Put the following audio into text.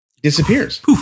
Disappears